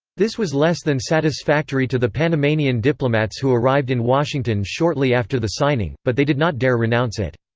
this was less than satisfactory to the panamanian diplomats who arrived in washington shortly after the signing, but they did not dare renounce it.